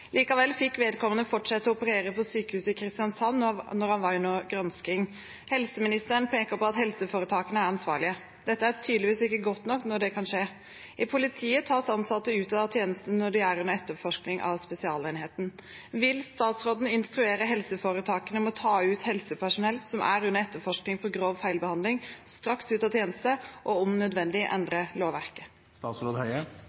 Likevel fikk vedkommende fortsette å operere på sykehuset i Kristiansand når han var under gransking. Helseministeren peker på at helseforetakene er ansvarlige. Dette er tydeligvis ikke godt nok når dette kan skje. I politiet tas ansatte ut av tjeneste når de er under etterforskning av Spesialenheten. Vil statsråden instruere helseforetakene om å ta helsepersonell som er under etterforskning for grov behandlingsfeil, straks ut av tjeneste, og om nødvendig